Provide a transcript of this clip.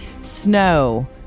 Snow